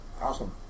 awesome